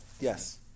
Yes